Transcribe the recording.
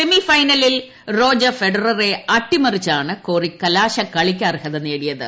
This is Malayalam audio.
സെമി ഫൈനലിൽ റോജർ ഫെഡററെ അട്ടിമറിച്ചാണ് കോറിക് കലാശക്കളിക്ക് അർഹത നേടിയത്